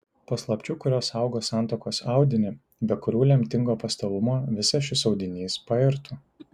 paslapčių kurios saugo santuokos audinį be kurių lemtingo pastovumo visas šis audinys pairtų